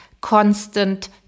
constant